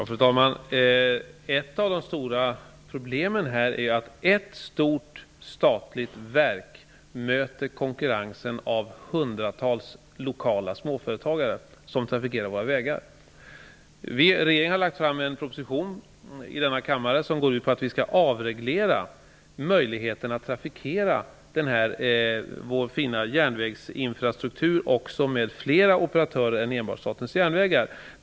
Fru talman! Ett av de stora problemen är att ett stort statligt verk möter konkurrensen av hundratals lokala småföretagare, som trafikerar våra vägar. Regeringen har lagt fram en proposition i denna kammare som går ut på att avreglera. Möjligheten att trafikera vår fina järnvägsinfrastruktur med fler operatörer än enbart SJ bör finnas.